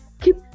Keep